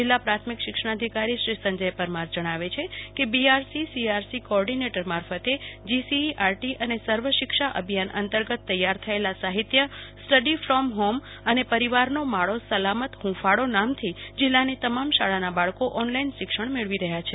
જિલ્લા પ્રાથમિક શિક્ષણાધિકારીશ્રી સંજય પરમાર જણાવે છે કે બીઆરસીસીઆરસી કોર્ડિનેટર મારફતે જીસીઇઆરટી અને સર્વ શિક્ષા અભિયાન અંતર્ગત તૈયાર થયેલા સાહિત્ય સ્ટડી ફોમ ફોમ અને પરિવારનો માળો સલામત ફંફાળો નામથી જિલ્લાની તમામ શાળાના બાળકો ઓનલાઇન શિક્ષણ મેળવી રહ્યા છે